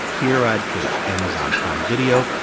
here, i'd put amazon prime video,